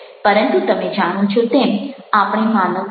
પરંતુ તમે જાણો છો તેમ આપણે માનવ છીએ